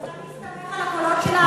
הוא רצה להסתמך על הקולות של הערבים.